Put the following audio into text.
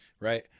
right